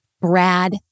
Brad